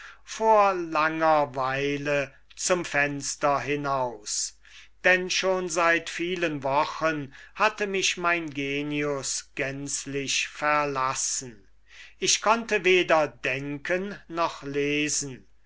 vor langer weile zum fenster hinaus denn schon seit vielen wochen hatte mich mein genius gänzlich verlassen ich konnte weder denken noch lesen